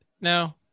No